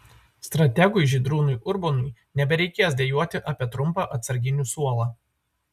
strategui žydrūnui urbonui nebereikės dejuoti apie trumpą atsarginių suolą